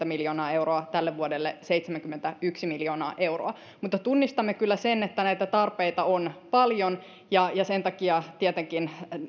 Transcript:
miljoonaa euroa tälle vuodelle seitsemänkymmentäyksi miljoonaa euroa mutta tunnistamme kyllä sen että näitä tarpeita on paljon ja sen takia tietenkin